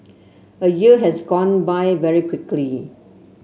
a year has gone by very quickly